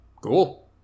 Cool